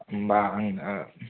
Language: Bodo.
होमबा आंनो